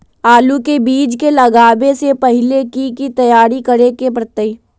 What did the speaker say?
आलू के बीज के लगाबे से पहिले की की तैयारी करे के परतई?